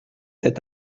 cet